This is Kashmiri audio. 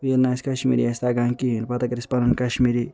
ییٚلہِ نہِ اسہِ کشمیری آسہِ تگان کِہیٖنۍ پتہٕ اگر أسۍ پنُن کشمیری